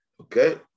okay